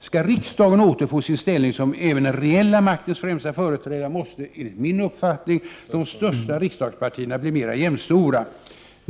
Skall riksdagen återfå sin ställning som även den reella maktens främsta företrädare, måste, enligt min uppfattning, de största riksdagspartierna bli mera jämnstora.